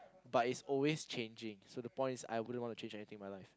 but it always changing so the point is I wouldn't want to change anything in my life